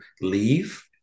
leave